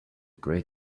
great